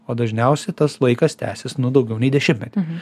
o dažniausiai tas laikas tęsis nu daugiau nei dešimtmetį